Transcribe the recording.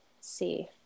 see